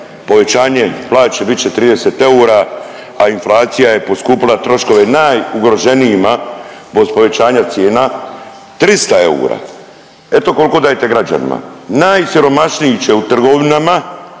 Povećanje plaće od bit će 30 eura, a inflacija je poskupila troškove najugroženijima kroz povećanje cijena 300 eura. Eto koliko dajete građanima. Najsiromašniji će u trgovinama,